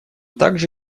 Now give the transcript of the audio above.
также